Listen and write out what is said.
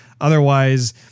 otherwise